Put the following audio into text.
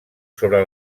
sobre